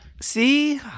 See